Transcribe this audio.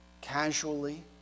casually